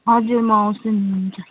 हजुर म आउँछु नि हुन्छ